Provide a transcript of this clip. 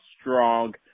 strong